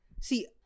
See